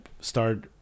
start